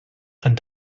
and